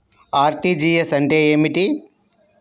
RTGS అంటే ఏమిటి?